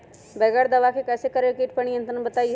बगैर दवा के कैसे करें कीट पर नियंत्रण बताइए?